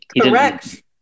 Correct